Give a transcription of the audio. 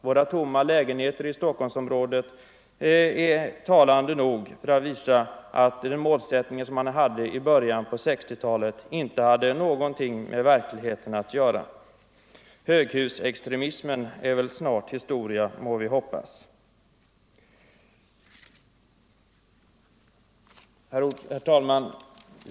De tomma lägenheterna i Stockholmsområdet är ett tillräckligt bevis för att den målsättning man hade i början av 1960-talet inte hade någonting med verkligheten att göra. Höghusextremismen är väl snart historia, må vi hoppas! Herr talman!